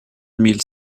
mille